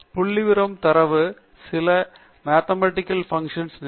புள்ளிவிவரம் தரவு சில மாதேமடிகள் புன்ச்டின் நினைவில்